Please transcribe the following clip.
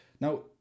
now